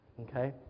okay